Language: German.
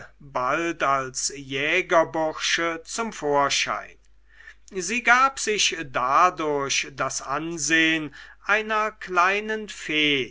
bald als jägerbursche zum vorschein sie gab sich dadurch das ansehn einer kleinen fee